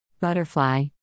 Butterfly